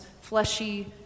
fleshy